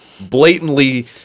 blatantly